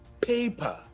paper